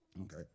Okay